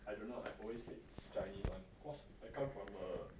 I don't know I always speak chinese [one] cause I come from a